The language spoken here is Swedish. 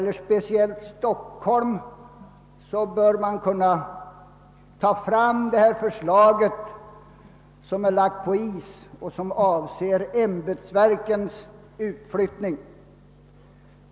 När det speciellt gäller Stockholm bör man kun na ta fram det förslag som är lagt på is och som avser ämbetsverkens utflyttning.